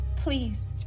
Please